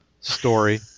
story